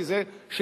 כי זה שלנו,